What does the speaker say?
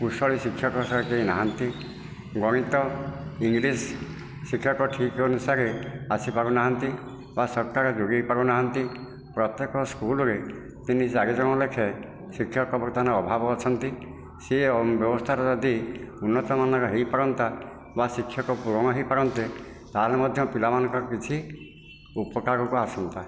କୁଶଳୀ ଶିକ୍ଷକ କେହି ନାହାଁନ୍ତି ଗଣିତ ଇଂଲିଶ୍ ଶିକ୍ଷକ ଠିକ୍ ଅନୁସାରେ ଆସିପାରୁନାହାଁନ୍ତି ବା ସରକାର ଯୋଗାଇ ପାରୁନାହାଁନ୍ତି ପ୍ରତ୍ୟେକ ସ୍କୁଲରେ ତିନି ଚାରିଜଣ ଲେଖେ ଶିକ୍ଷକ ବର୍ତ୍ତମାନ ଅଭାବ ଅଛନ୍ତି ସିଏ ବ୍ୟବସ୍ଥାର ଯଦି ଉନ୍ନତମାନର ହୋଇପାରନ୍ତା ବା ଶିକ୍ଷକ ପୂରଣ ହୋଇପାରନ୍ତେ ତାହେଲେ ମଧ୍ୟ ପିଲାମାନଙ୍କର କିଛି ଉପକାରକୁ ଆସନ୍ତା